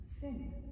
thin